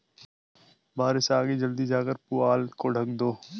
बारिश आ गई जल्दी जाकर पुआल को ढक दो